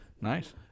nice